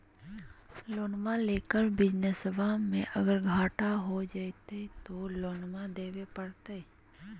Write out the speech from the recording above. लोनमा लेके बिजनसबा मे अगर घाटा हो जयते तो लोनमा देवे परते?